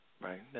Right